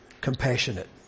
compassionate